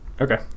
Okay